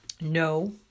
No